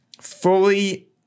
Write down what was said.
fully